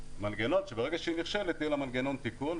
מנגנון שברגע שהיא נכשלת יהיה לה מנגנון תיקון,